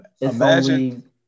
Imagine